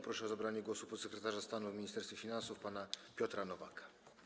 Proszę o zabranie głosu podsekretarza stanu w Ministerstwie Finansów pana Piotra Nowaka.